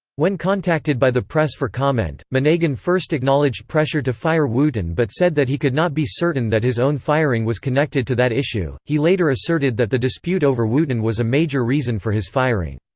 when contacted by the press for comment, monegan first acknowledged pressure to fire wooten but said that he could not be certain that his own firing was connected to that issue he later asserted that the dispute over wooten was a major reason for his firing.